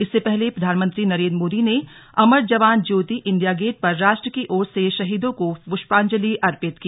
इससे पहले प्रधानमंत्री नरेंद्र मोदी ने अमर जवान ज्योति इंडिया गेट पर राष्ट्र की ओर से शहीदों को पुष्पांजलि अर्पित की